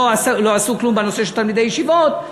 לא עשו כלום בנושא של תלמידי ישיבות,